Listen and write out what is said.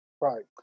Right